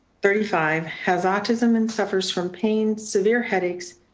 thirty five has autism and suffers from pain, severe headaches,